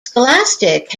scholastic